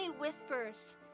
whispers